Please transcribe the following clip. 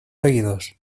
seguidors